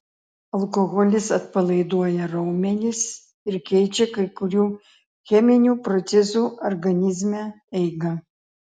alkoholis atpalaiduoja raumenis ir keičia kai kurių cheminių procesų organizme eigą